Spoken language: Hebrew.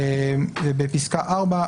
בפסקה (4),